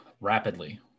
rapidly